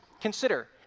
Consider